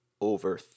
over